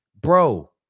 bro